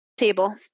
table